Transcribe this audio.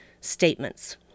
statements